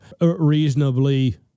reasonably